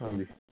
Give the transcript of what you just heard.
ਹਾਂਜੀ